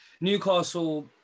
Newcastle